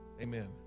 amen